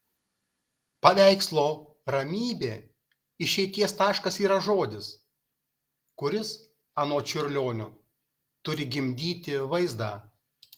paveikslo ramybė išeities taškas yra žodis kuris anot čiurlionio turi gimdyti vaizdą